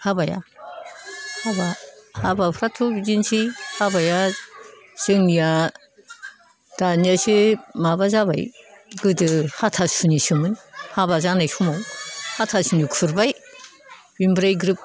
हाबाया हाबाफ्राथ' बिदिनोसै हाबाया जोंनिया दानियासो माबा जाबाय गोदो हाथासुनिसोमोन हाबा जानाय समाव हाथासुनि खुरबाय ओमफ्राय ग्रोब